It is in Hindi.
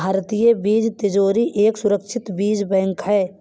भारतीय बीज तिजोरी एक सुरक्षित बीज बैंक है